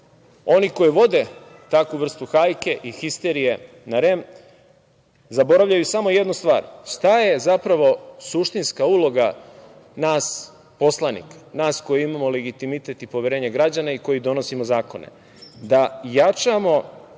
oni koji vode takvu vrstu hajke i histerije na REM zaboravljaju samo jednu stvar – šta je zapravo suštinska uloga nas poslanika, nas koji imamo legitimitet i poverenje građana i koji donosimo zakone? Da jačamo